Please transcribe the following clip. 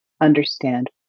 understand